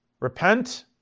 Repent